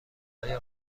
آیا